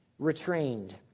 retrained